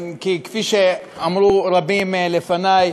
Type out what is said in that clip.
כי כפי שאמרו רבים לפני,